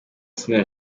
sina